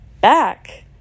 back